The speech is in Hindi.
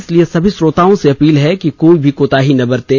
इसलिए सभी श्रोताओं से अपील है कि कोई भी कोताही ना बरतें